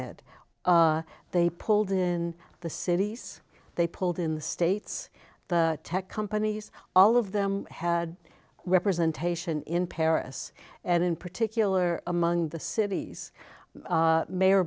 it they pulled in the cities they pulled in the states the tech companies all of them had representation in paris and in particular among the city's mayor